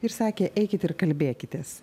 ir sakė eikit ir kalbėkitės